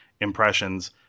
impressions